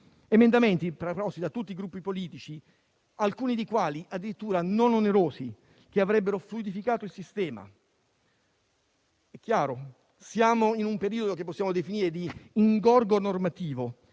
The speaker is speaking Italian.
emendamenti presentati da tutti i Gruppi politici, alcuni dei quali addirittura non onerosi, che avrebbero fluidificato il sistema. È chiaro che siamo in un periodo che possiamo definire di ingorgo normativo.